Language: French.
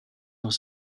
dans